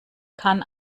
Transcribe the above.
kann